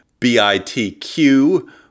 BITQ